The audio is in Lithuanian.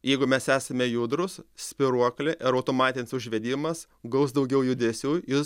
jeigu mes esame judrūs spyruoklė ir automatinis užvedimas gaus daugiau judesių jūs